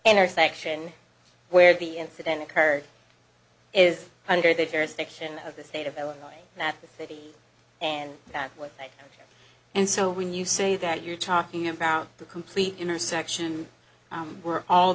intersection where the incident occurred is under the jurisdiction of the state of illinois that city and that's what and so when you say that you're talking about the complete intersection were all